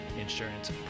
insurance